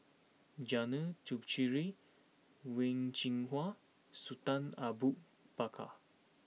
Janil Puthucheary Wen Jinhua Sultan Abu Bakar